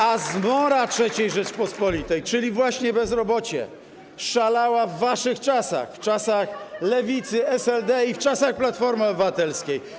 A zmora III Rzeczypospolitej, właśnie bezrobocie, szalała w waszych czasach, w czasach Lewicy, SLD i w czasach Platformy Obywatelskiej.